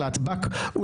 בנשים ובלהט"בים